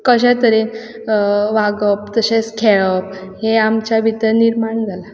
कशा तरेन वागप तशेंच खेळप हें आमच्या भितर निर्माण जालां